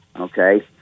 okay